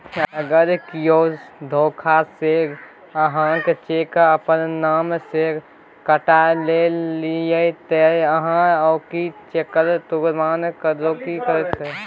अगर कियो धोखासँ अहाँक चेक अपन नाम सँ कटा लेलनि तँ अहाँ ओहि चेकक भुगतान रोकि सकैत छी